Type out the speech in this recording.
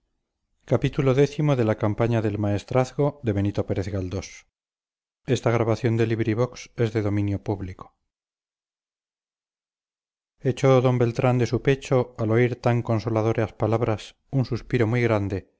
echó d beltrán de su pecho al oír tan consoladoras palabras un suspiro muy grande